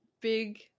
big